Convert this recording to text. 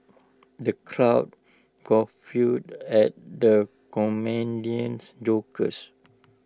the crowd at the comedian's jokes